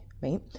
right